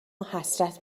حسرت